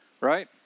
right